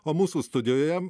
o mūsų studijoje